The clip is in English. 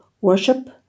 worship